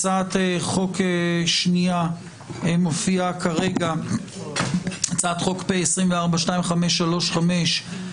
הצעת חוק שנייה הצעת חוק פ/2535/24,